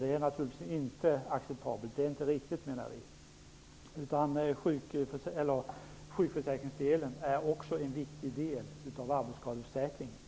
Det är naturligtvis inte acceptabelt, inte riktigt. Sjukförsäkringsdelen är ju också en viktig del i arbetsskadeförsäkringen.